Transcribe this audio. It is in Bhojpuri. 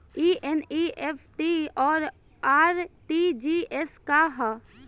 ई एन.ई.एफ.टी और आर.टी.जी.एस का ह?